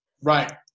Right